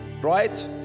right